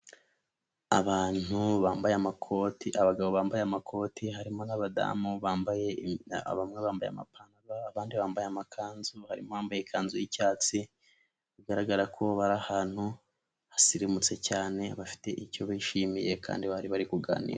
Abantu bambaye amakoti, abagabo bambaye amakoti, harimo n'abadamu bambaye bamwe bambaye amapantaro abandi bambaye amakanzu harimo abambaye ikanzu y'icyatsi bigaragara ko bari ahantu hasirimutse cyane bafite icyo bishimiye kandi bari bari kuganira.